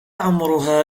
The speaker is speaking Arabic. عمرها